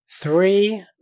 three